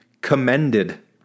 commended